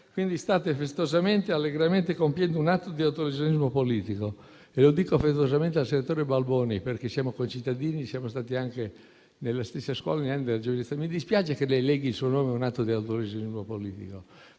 State festosamente e allegramente compiendo un atto di autolesionismo politico e lo dico affettuosamente al senatore Balboni, perché siamo concittadini e siamo stati anche nelle stesse scuole negli anni della giovinezza: mi dispiace che leghi il suo nome a un atto di autolesionismo politico,